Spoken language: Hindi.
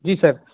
जी सर